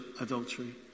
adultery